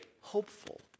hopeful